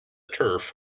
turf